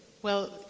well,